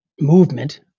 movement